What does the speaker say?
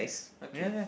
okay